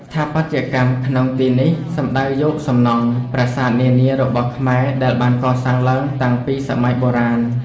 ស្ថាបត្យកម្មក្នុងទីនេះសំដៅយកសំណង់ ប្រាសាទនានារបស់ខ្មែរដែលបានកសាងឡើងតាំងពីសម័យ បុរាណ។